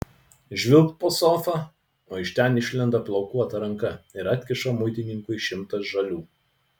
žvilgt po sofa o iš ten išlenda plaukuota ranka ir atkiša muitininkui šimtą žalių